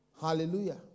Hallelujah